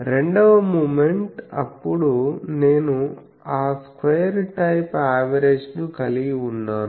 రెండవ మూమెంట్ అప్పుడు నేను ఆ స్క్వేర్ టైప్ అవేరేజ్ ను కలిగి ఉన్నాను